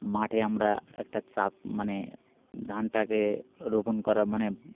মাঠে আমরা একটা চাপ মানে ধানটাকে রোপণ করা মানে